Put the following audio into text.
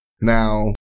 now